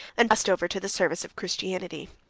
and passed over to the service of christianity.